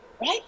right